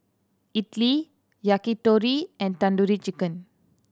Idili Yakitori and Tandoori Chicken